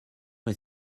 est